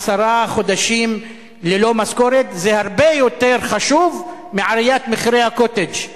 עשרה חודשים ללא משכורת זה הרבה יותר חשוב מעליית מחירי ה"קוטג'".